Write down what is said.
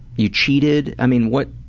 you cheated? i mean what